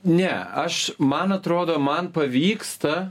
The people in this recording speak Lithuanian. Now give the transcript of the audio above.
ne aš man atrodo man pavyksta